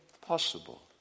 possible